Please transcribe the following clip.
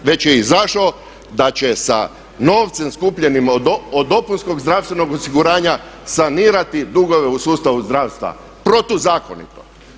Već je izašao da će sa novcem skupljenim od dopunskog zdravstvenog osiguranja sanirati dugove u sustavu zdravstva protuzakonito.